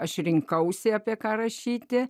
aš rinkausi apie ką rašyti